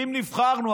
ואם נבחרנו,